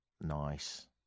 Nice